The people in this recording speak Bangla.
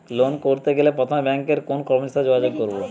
লোন করতে গেলে প্রথমে ব্যাঙ্কের কোন কর্মচারীর সাথে যোগাযোগ করব?